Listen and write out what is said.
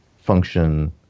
function